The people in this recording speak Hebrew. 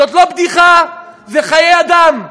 זאת לא בדיחה, זה חיי אדם.